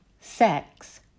sex